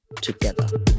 together